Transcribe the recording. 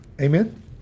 Amen